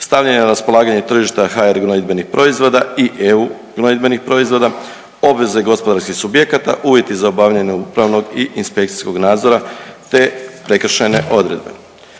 stavljanje na raspolaganje tržišta HR gnojdbenih proizvoda i EU gnojidbenih proizvoda, obveze gospodarskih subjekata, uvjeti za obavljanje upravnog i inspekcijskog nadzora te prekršajne odredbe.